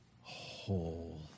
whole